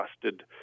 trusted